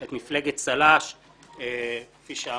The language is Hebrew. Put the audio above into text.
את מפלגת צל"ש - כפי שאמרתי,